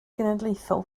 genedlaethol